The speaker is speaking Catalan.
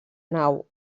nau